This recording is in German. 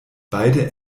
beide